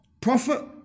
prophet